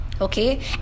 okay